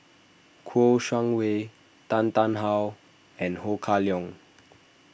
Kouo Shang Wei Tan Tarn How and Ho Kah Leong